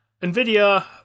NVIDIA